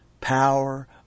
power